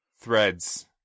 Threads